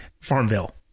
farmville